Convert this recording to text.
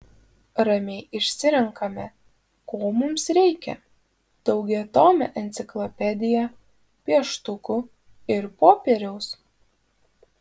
ramiai išsirenkame ko mums reikia daugiatomę enciklopediją pieštukų ir popieriaus